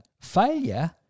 failure